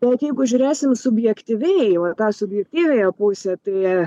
bet jeigu žiūrėsim subjektyviai va tą subjektyviąją pusę tai